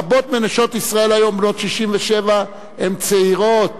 רבות מנשות ישראל היום בנות 67 הן צעירות